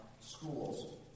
schools